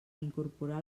incorporar